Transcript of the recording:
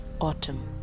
autumn